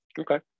Okay